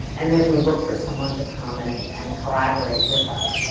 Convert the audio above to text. and then we look for someone to come and and collaborate with us.